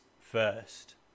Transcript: first